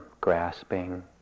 grasping